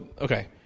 okay